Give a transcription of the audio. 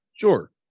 sure